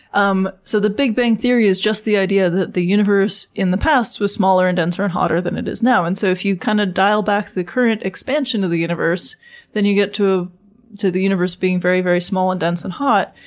um so the big bang theory is just the idea that the universe in the past was smaller, and denser, and hotter than it is now and so if you kind of dial back the current expansion of the universe then you get to ah to the universe being very, very small, and dense, and hot.